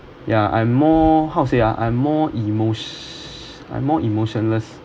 yeah I'm more how to say ah I'm more emotion~ I'm more emotionless